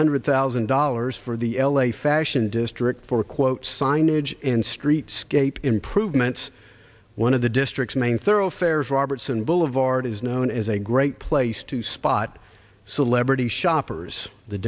hundred thousand dollars for the l a fashion district for quote signage and streetscape improvements one of the district's main thoroughfares robertson boulevard is known as a great place to spot celebrity shoppers the